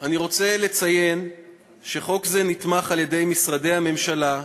אני רוצה לציין שחוק זה נתמך על-ידי משרדי הממשלה,